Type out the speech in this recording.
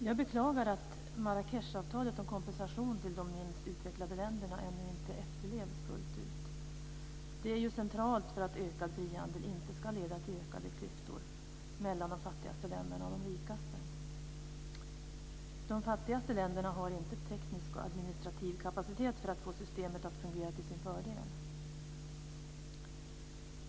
Jag beklagar att Marrakechavtalet om kompensation till de minst utvecklade länderna ännu inte efterlevs fullt ut. Det är centralt för att ökad frihandel inte ska leda till ökade klyftor mellan de fattigaste länderna och de rikaste. De fattigaste länderna har inte teknisk och administrativ kapacitet för att få systemet att fungera till sin fördel.